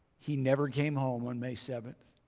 he never came home on may seventh.